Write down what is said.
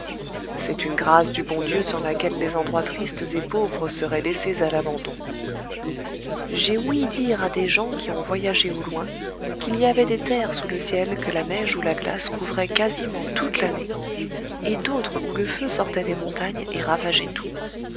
c'est une grâce du bon dieu sans laquelle les endroits tristes et pauvres seraient laissés à l'abandon j'ai ouï dire à des gens qui ont voyagé au loin qu'il y avait des terres sous le ciel que la neige ou la glace couvraient quasiment toute l'année et d'autres où le feu sortait des montagnes et ravageait tout